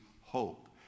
hope